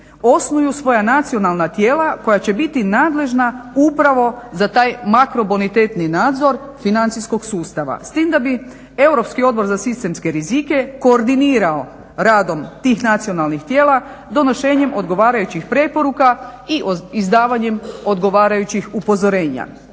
osnuju svoja nacionalna tijela koja će biti nadležna upravo za taj makrobonitetni nadzor financijskog sustava. S tim da bi Europski odbor za sistemske rizike koordinirao radom tih nacionalnih tijela donošenjem odgovarajućih preporuka i izdavanjem odgovarajućih upozorenja.